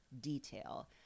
detail